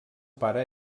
pare